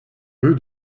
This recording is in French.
rue